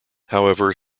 however